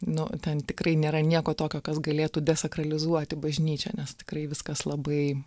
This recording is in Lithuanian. nu ten tikrai nėra nieko tokio kas galėtų desakralizuoti bažnyčią nes tikrai viskas labai